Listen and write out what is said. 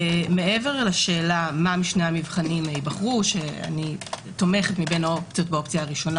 מעבר לשאלה מה משני המבחנים ייבחרו ואני תומכת באופציה הראשונה